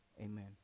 amen